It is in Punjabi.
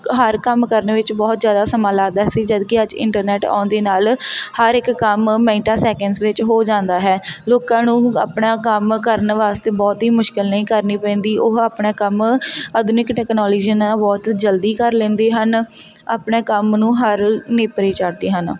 ਹਰ ਕੰਮ ਕਰਨ ਵਿੱਚ ਬਹੁਤ ਜ਼ਿਆਦਾ ਸਮਾਂ ਲੱਗਦਾ ਸੀ ਜਦਕਿ ਅੱਜ ਇੰਟਰਨੈਟ ਆਉਣ ਦੇ ਨਾਲ ਹਰ ਇੱਕ ਕੰਮ ਮਿੰਟਾਂ ਸੈਕਿੰਡਸ ਵਿੱਚ ਹੋ ਜਾਂਦਾ ਹੈ ਲੋਕਾਂ ਨੂੰ ਆਪਣਾ ਕੰਮ ਕਰਨ ਵਾਸਤੇ ਬਹੁਤੀ ਮੁਸ਼ਕਲ ਨਹੀਂ ਕਰਨੀ ਪੈਂਦੀ ਉਹ ਆਪਣਾ ਕੰਮ ਆਧੁਨਿਕ ਟੈਕਨੋਲਜੀਆਂ ਨਾਲ ਬਹੁਤ ਜਲਦੀ ਕਰ ਲੈਂਦੇ ਹਨ ਆਪਣੇ ਕੰਮ ਨੂੰ ਹਰ ਨੇਪਰੇ ਚਾੜ੍ਹਦੇ ਹਨ